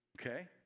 Okay